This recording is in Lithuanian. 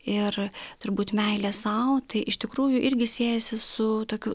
ir turbūt meilė sau tai iš tikrųjų irgi siejasi su tokiu